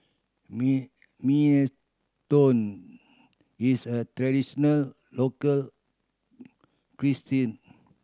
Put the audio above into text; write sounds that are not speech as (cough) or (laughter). (unintelligible) minestrone is a traditional local cuisine